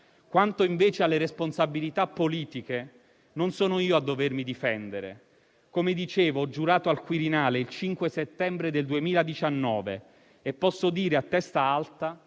Quanto, invece, alle responsabilità politiche, non sono io a dovermi difendere. Come dicevo, ho giurato al Quirinale il 5 settembre 2019 e posso dire a testa alta